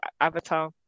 Avatar